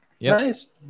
Nice